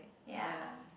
ya